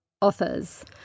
authors